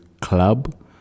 club